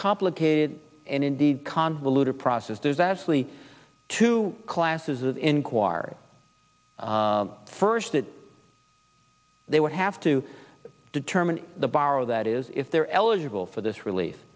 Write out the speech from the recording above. complicated and indeed convoluted process there's absolutely two classes of inquiry first that they would have to determine the borrower that is if they're eligible for this relief